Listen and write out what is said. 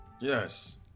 Yes